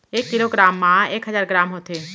एक kilogram मा एक हजार ग्राम होथे